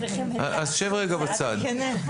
אפרת.